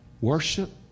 worship